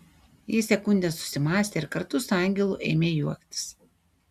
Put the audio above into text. ji sekundę susimąstė ir kartu su angelu ėmė juoktis